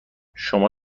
شما